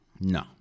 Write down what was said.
no